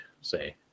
say